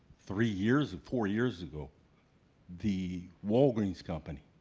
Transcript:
three years or four years ago the walgreens company